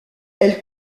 elle